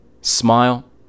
Smile